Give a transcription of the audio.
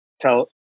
tell